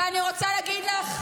ואני רוצה להגיד לך,